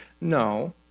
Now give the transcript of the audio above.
No